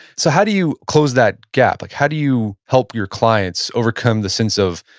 so how do you close that gap, like how do you help your clients overcome the sense of,